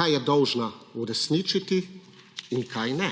kaj je dolžna uresničiti in kaj ne.